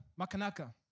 Makanaka